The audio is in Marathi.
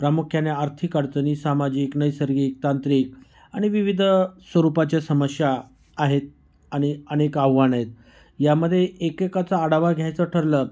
प्रामुख्याने आर्थिक अडचणी सामाजिक नैसर्गिक तांत्रिक आणि विविध स्वरूपाच्या समस्या आहेत आणि अनेक आह्वाने आहेत यामध्ये एकेकाचा आढावा घ्यायचं ठरलं